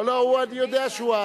לא, לא, אני יודע שהוא,